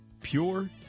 pure